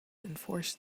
enforced